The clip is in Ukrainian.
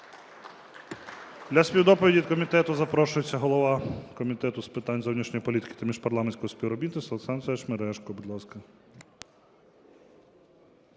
Для співдоповіді від комітету запрошується голова Комітету з питань зовнішньої політики та міжпарламентського співробітництва Олександр Олександрович Мережко. Будь ласка.